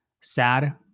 Sad